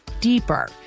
deeper